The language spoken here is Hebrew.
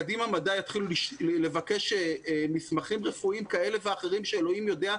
קדימה מדע יתחילו לבקש מסמכים רפואיים כאלה ואחרים שאלוהים יודע?